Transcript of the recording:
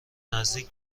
نزدیک